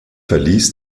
verließ